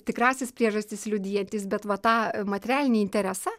tikrąsias priežastis liudijantys bet va tą materialinį interesą